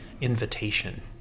invitation